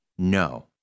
No